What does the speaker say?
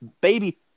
baby